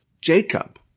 Jacob